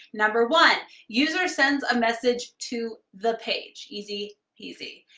number one, user sends a message to the page, easy, peasy.